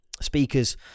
speakers